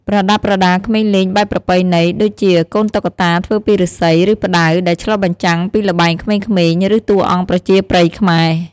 ប្រដាប់ប្រដាក្មេងលេងបែបប្រពៃណី: ដូចជា កូនតុក្កតាធ្វើពីឫស្សី ឬផ្តៅ ដែលឆ្លុះបញ្ចាំងពីល្បែងក្មេងៗ ឬតួអង្គប្រជាប្រិយខ្មែរ។